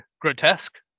grotesque